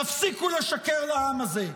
תפסיקו לשקר לעם הזה.